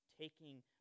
taking